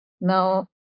Now